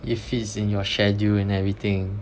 it fits in your schedule and everything